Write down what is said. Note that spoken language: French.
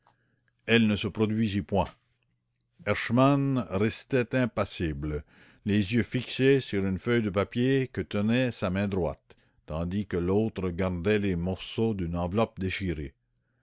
elle ne se produisit point herschmann restait impassible les yeux fixés sur une feuille de papier que tenait sa main droite tandis que l'autre gardait les morceaux d'une enveloppe déchirée